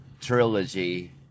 trilogy